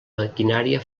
maquinària